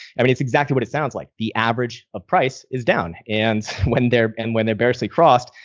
i mean it's exactly what it sounds like. the average ah price is down. and when they're and when they're barely crossed,